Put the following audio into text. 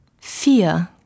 vier